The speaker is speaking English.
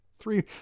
three